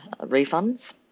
refunds